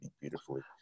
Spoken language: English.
beautifully